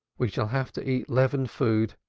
we shall have to eat leavened food